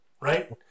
right